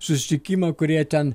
susitikimą kur jie ten